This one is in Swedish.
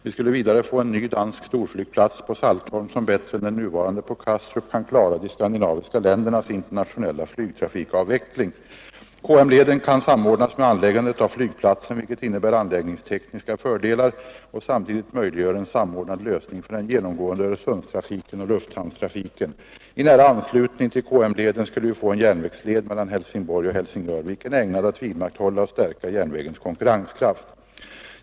Vi skulle vidare få en ny dansk storflygplats på Saltholm som bättre än den nuvarande på Kastrup kan klara de skandinaviska ländernas internationella flygtrafikavveckling. KM-leden kan samordnas med anläggandet av flygplatsen, vilket innebär anläggningstekniska fördelar och samtidigt möjliggör en samordnad lösning för den genomgående Öresundstrafiken och lufthamnstrafiken. I nära anslutning till KM-leden skulle vi få en järnvägsled mellan Helsingborg och Helsingör, vilken är ägnad att vidmakthålla och stärka järnvägens konkurrenskraft.